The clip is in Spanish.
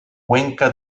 cuenca